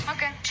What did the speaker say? Okay